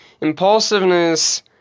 Impulsiveness